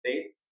States